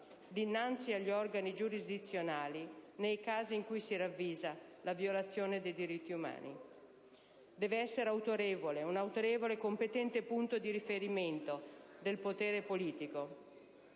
dinanzi agli organi giurisdizionali nei casi in cui si ravvisa la violazione dei diritti umani. Deve essere un autorevole e competente punto di riferimento del potere politico,